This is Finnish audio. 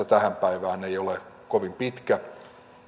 tähän päivään ei ole kovin pitkä